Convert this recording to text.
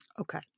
Okay